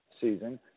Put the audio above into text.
season